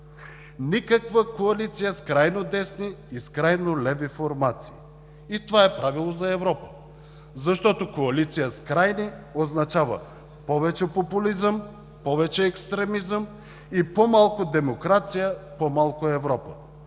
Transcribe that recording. никаква коалиция с крайно десни и с крайно леви формации. И това е правило за Европа, защото коалиция с крайни означава повече популизъм, повече екстремизъм и по-малко демокрация, по-малко Европа.